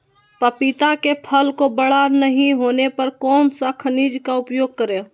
पपीता के फल को बड़ा नहीं होने पर कौन सा खनिज का उपयोग करें?